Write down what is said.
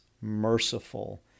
merciful